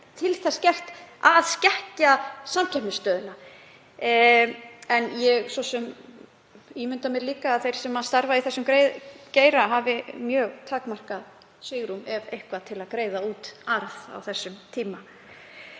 til þess gert að skekkja samkeppnisstöðuna? En ég svo sem ímynda mér líka að þeir sem starfa í þessum geira hafi mjög takmarkað svigrúm ef eitthvað til að greiða út arð á þessum tíma.